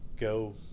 go